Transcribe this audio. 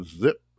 zip